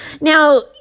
Now